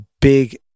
big